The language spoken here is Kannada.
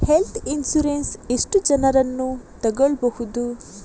ಹೆಲ್ತ್ ಇನ್ಸೂರೆನ್ಸ್ ಎಷ್ಟು ಜನರನ್ನು ತಗೊಳ್ಬಹುದು?